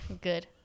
Good